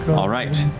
all right.